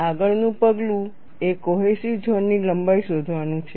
આગળનું પગલું એ કોહેસિવ ઝોનની લંબાઈ શોધવાનું છે